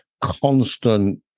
constant